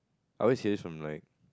are we serious from like